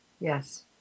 yes